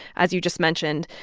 as you just mentioned,